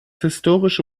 historische